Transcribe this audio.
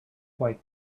quite